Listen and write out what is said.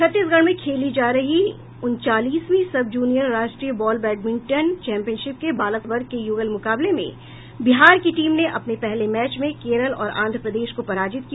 छत्तीसगढ़ में खेली जा रही उनतालीसवीं सबजूनियर राष्ट्रीय बॉल बेडमिंटन चैंपियनशिप के बालक वर्ग के यूगल मुकाबले में बिहार की टीम ने अपने पहले मैच में केरल और आंध्र प्रदेश को पराजित किया